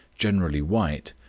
generally white,